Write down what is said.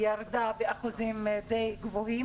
ירדה באחוזים די גבוהים